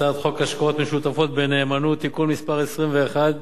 הצעת חוק השקעות משותפות בנאמנות (תיקון מס' 21)